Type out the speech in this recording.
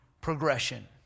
progression